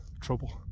trouble